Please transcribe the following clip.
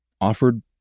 offered